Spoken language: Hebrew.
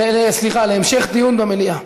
תעבור להמשך דיון במליאה.